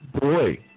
boy